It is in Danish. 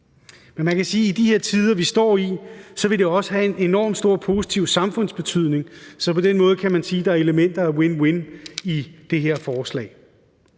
Man kan også sige, at i de her tider, vi står i, vil det også have en enorm stor positiv samfundsbetydning, så på den måde kan man sige, at der er elementer af win-win i det her forslag.